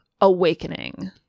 awakening